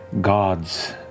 gods